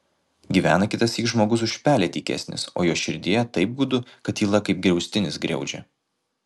gyvena kitąsyk žmogus už pelę tykesnis o jo širdyje taip gūdu kad tyla kaip griaustinis griaudžia